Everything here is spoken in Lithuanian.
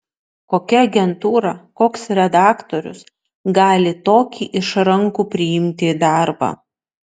kokia agentūra koks redaktorius gali tokį išrankų priimti į darbą